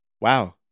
Wow